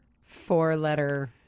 four-letter